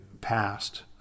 passed